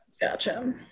Gotcha